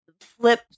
flip